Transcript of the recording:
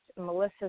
Melissa